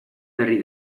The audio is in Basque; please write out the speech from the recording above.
berri